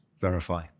verify